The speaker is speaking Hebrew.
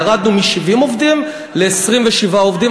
ירדנו מ-70 עובדים ל-27 עובדים.